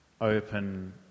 open